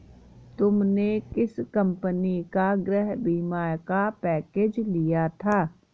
तुमने किस कंपनी का गृह बीमा का पैकेज लिया था?